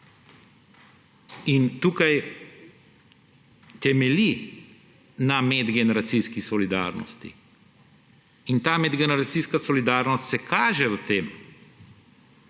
javnostjo. Temelji na medgeneracijski solidarnosti in ta medgeneracijska solidarnost se kaže v tem,